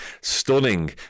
stunning